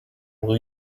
will